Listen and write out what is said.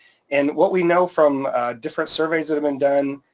and what we know from different surveys that have been done,